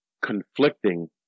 conflicting